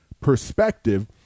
perspective